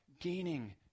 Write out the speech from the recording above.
gaining